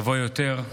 תבוא יותר.